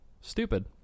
stupid